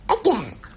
again